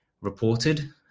reported